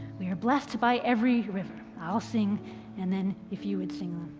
we're blessed by every river. i'll sing and then if you would sing.